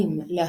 בראש חודש,